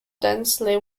densely